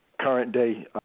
current-day